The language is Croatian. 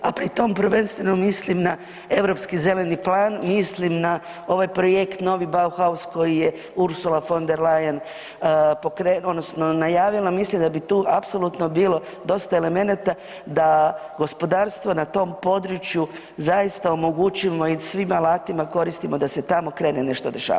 A pri tom prvenstveno mislim na Europski zeleni plan, mislim na ovaj projekt novi Bauhaus koji je Ursula von der Leyen pokrenula odnosno najavila, mislim da bi tu apsolutno bilo dosta elemenata da gospodarstvo na tom području zaista omogućimo i svim alatima koristimo da se tamo krene nešto dešavati.